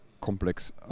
complex